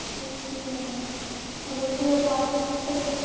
एक घंटे में हम लोग सुबह पाँच बजे से